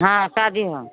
हाँ शादी है